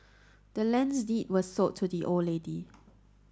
the land's deed was sold to the old lady